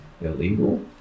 illegal